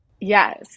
Yes